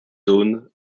dawn